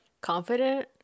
confident